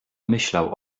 myślał